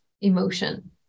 emotion